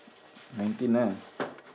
nineteen lah